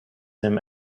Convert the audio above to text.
him